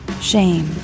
Shame